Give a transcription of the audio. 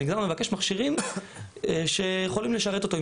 המגזר מבקש מכשירים שיכולים לשרת אותו,